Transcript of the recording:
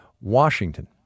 Washington